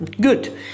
Good